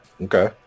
Okay